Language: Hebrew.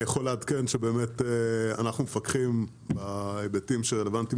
אני יכול לעדכן שבאמת אנחנו מפקחים על ההיבטים שרלוונטיים